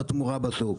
הניסוח לשאול?